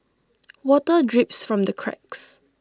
water drips from the cracks